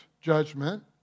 judgment